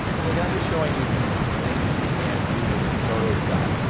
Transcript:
and again, i'm just showing you some things you can do within photoshop.